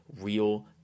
real